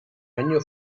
año